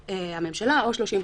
של קטינים ושל אנשים עם